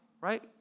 Right